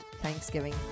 Thanksgiving